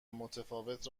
متفاوت